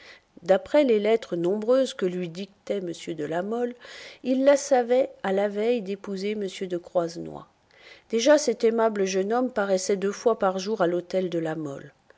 d'après les lettres nombreuses que lui dictait m de la mole il la savait à la veille d'épouser m de croisenois déjà cet aimable jeune homme paraissait deux fois par jour à l'hôtel de la mole